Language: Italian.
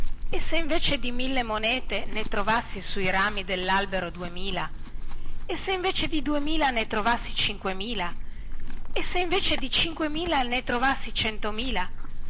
e se invece di mille monete ne trovassi su i rami dellalbero duemila e se invece di duemila ne trovassi cinquemila e se invece di cinquemila ne trovassi centomila